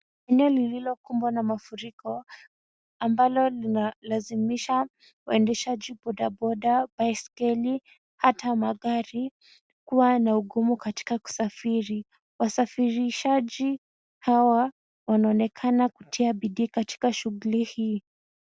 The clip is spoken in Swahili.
Eneo lililokumbwa na mafuriko, ambalo linalazimisha waendeshaji bodaboda , baiskeli hata magari kuwa na ugumu katika kusafiri. Wasafirishaji hawa wanaonekana kutia bidii katika shughuli hii.